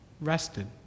Rested